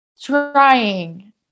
trying